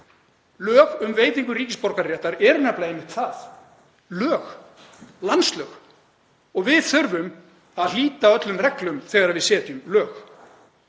Lög um veitingu ríkisborgararéttar eru nefnilega einmitt það, lög, landslög, og við þurfum að hlíta öllum reglum þegar við setjum lög.